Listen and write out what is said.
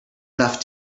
enough